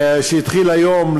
שהתחיל היום,